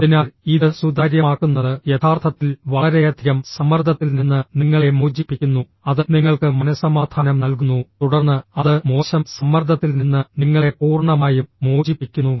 അതിനാൽ ഇത് സുതാര്യമാക്കുന്നത് യഥാർത്ഥത്തിൽ വളരെയധികം സമ്മർദ്ദത്തിൽ നിന്ന് നിങ്ങളെ മോചിപ്പിക്കുന്നു അത് നിങ്ങൾക്ക് മനസ്സമാധാനം നൽകുന്നു തുടർന്ന് അത് മോശം സമ്മർദ്ദത്തിൽ നിന്ന് നിങ്ങളെ പൂർണ്ണമായും മോചിപ്പിക്കുന്നു